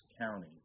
county